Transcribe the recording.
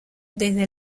desde